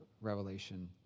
Revelation